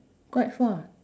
quite far